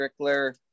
Strickler